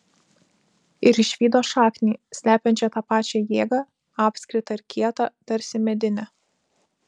ir išvydo šaknį slepiančią tą pačią jėgą apskritą ir kietą tarsi medinę